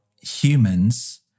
humans